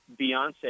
Beyonce